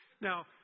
Now